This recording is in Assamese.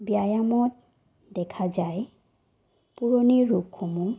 ব্যায়ামত দেখা যায় পুৰণি ৰোগসমূহ